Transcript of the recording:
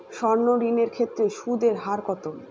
সর্ণ ঋণ এর ক্ষেত্রে সুদ এর হার কত?